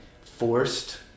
forced